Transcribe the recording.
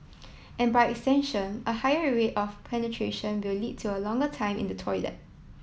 and by extension a higher rate of penetration will lead to a longer time in the toilet